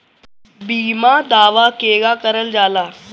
बीमा दावा केगा करल जाला?